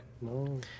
No